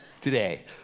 today